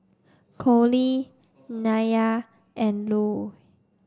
Cole Nyah and Lue